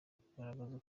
ukugaragaza